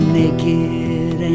naked